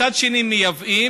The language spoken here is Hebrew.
ומצד שני מייבאים.